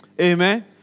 Amen